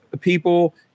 people